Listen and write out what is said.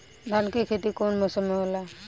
धान के खेती कवन मौसम में होला?